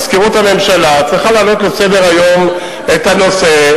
ומזכירות הממשלה צריכה להעלות לסדר-היום את הנושא.